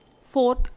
Fourth